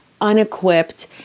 unequipped